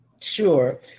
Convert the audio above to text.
Sure